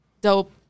dope